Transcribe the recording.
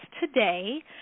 today